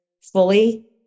fully